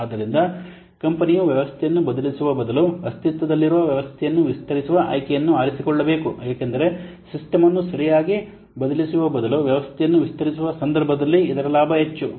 ಆದ್ದರಿಂದ ಕಂಪನಿಯು ವ್ಯವಸ್ಥೆಯನ್ನು ಬದಲಿಸುವ ಬದಲು ಅಸ್ತಿತ್ವದಲ್ಲಿರುವ ವ್ಯವಸ್ಥೆಯನ್ನು ವಿಸ್ತರಿಸುವ ಆಯ್ಕೆಯನ್ನು ಆರಿಸಿಕೊಳ್ಳಬೇಕು ಏಕೆಂದರೆ ಸಿಸ್ಟಮ್ ಅನ್ನು ಸರಿಯಾಗಿ ಬದಲಿಸುವ ಬದಲು ವ್ಯವಸ್ಥೆಯನ್ನು ವಿಸ್ತರಿಸುವ ಸಂದರ್ಭದಲ್ಲಿ ಇದರ ಲಾಭ ಹೆಚ್ಚು